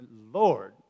Lord